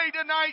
tonight